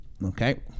okay